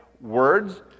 words